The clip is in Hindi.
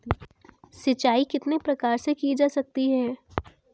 सिंचाई कितने प्रकार से की जा सकती है?